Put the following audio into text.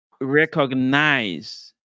recognize